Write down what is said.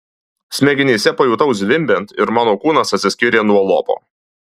smegenyse pajutau zvimbiant ir mano kūnas atsiskyrė nuo lopo